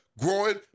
growing